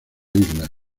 isla